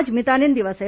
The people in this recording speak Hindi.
आज मितानिन दिवस है